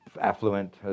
affluent